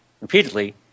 repeatedly